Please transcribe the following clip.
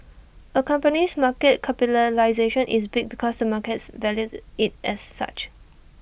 A company's market capitalisation is big because the market values IT it as such